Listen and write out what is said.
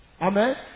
Amen